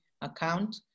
account